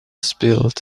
spilled